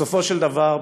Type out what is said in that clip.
בסופו של דבר,